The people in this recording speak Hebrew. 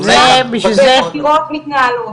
אז אולי --- החקירה עוד בהתנהלות,